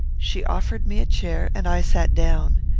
she offered me a chair, and i sat down.